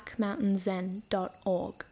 blackmountainzen.org